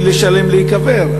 לשלם כדי להיקבר.